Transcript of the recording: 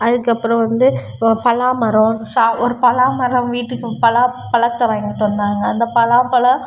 அதுக்கு அப்புறம் வந்து இப்போ பலா மரம் சா ஒரு பலா மரம் வீட்டுக்கு பலா பழத்த வாங்கிட்டு வந்தாங்க அந்த பலாப்பழம்